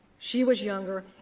she was younger.